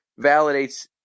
validates